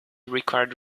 required